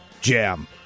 Jam